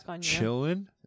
Chilling